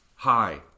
Hi